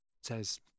says